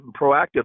proactive